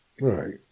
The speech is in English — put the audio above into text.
Right